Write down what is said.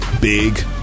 big